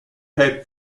cape